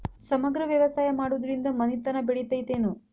ಸಮಗ್ರ ವ್ಯವಸಾಯ ಮಾಡುದ್ರಿಂದ ಮನಿತನ ಬೇಳಿತೈತೇನು?